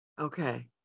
Okay